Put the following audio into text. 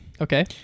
Okay